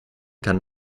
kann